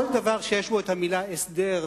כל דבר שיש בו המלה "הסדר",